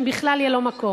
אם בכלל יהיה לו מקום.